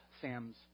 Sam's